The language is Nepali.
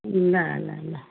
ल ल ल